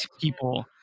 people